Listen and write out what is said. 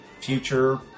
future